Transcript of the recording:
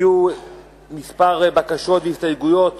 הובאו כמה בקשות והסתייגויות